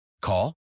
Call